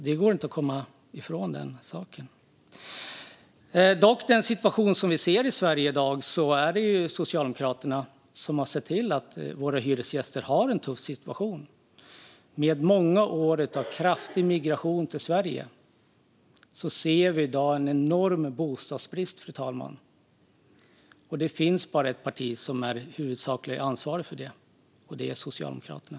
Det går inte att komma ifrån den saken. När det gäller den situation som vi ser i Sverige i dag är det Socialdemokraterna som har sett till att våra hyresgäster har en tuff situation. Efter många år av kraftig migration till Sverige ser vi i dag en enorm bostadsbrist, fru talman. Det finns bara ett parti som har det huvudsakliga ansvaret för detta, och det är Socialdemokraterna.